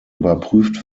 überprüft